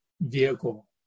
vehicle